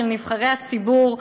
של נבחרי הציבור,